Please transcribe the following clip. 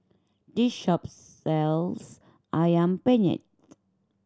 this shop sells Ayam Penyet